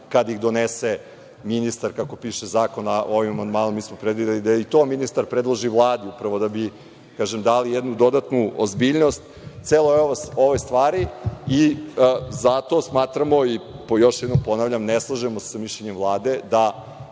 kada ih donese ministar, kako piše zakon. Ovim amandmanom smo predvideli da i to ministar predloži Vladi upravo da bi dali jednu dodatno ozbiljnost celoj ovoj stvari. Zato smatramo i još jednom ponavljam, ne slažemo se sa mišljenjem Vlade da